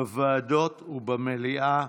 בוועדות ובמליאה,